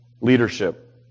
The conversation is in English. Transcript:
leadership